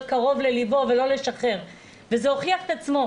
קרוב לליבו ולא לשחרר וזה הוכיח את עצמו,